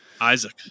Isaac